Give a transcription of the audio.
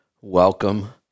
welcome